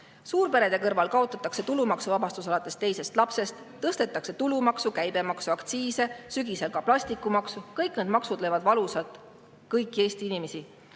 Suurperede kõrval kaotatakse tulumaksuvabastus alates teisest lapsest, tõstetakse tulumaksu, käibemaksu, aktsiise, sügisel [tuleb] ka plastikumaksu. Kõik need maksud löövad valusalt kõiki Eesti inimesi